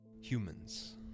Humans